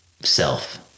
self